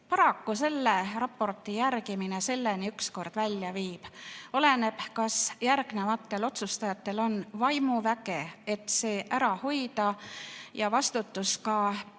paraku selle raporti järgimine selleni ükskord välja viib. Oleneb, kas järgnevatel otsustajatel on vaimuväge, et see ära hoida, ja vastutus ka planeedi